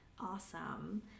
Awesome